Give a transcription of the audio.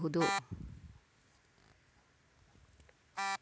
ಕಪ್ಪು ಮಣ್ಣಿನಲ್ಲಿ ಯಾವುದೆಲ್ಲ ಬೆಳೆಗಳನ್ನು ಬೆಳೆಸಬಹುದು?